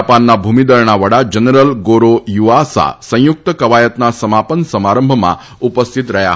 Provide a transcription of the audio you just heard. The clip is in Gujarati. જાપાનના ભુમીદળના વડા જનરલ ગોરો યુઆસા સંયુક્ત કવાયતના સમાપન સમારંભમાં ઉપસ્થિત રહ્યા હતા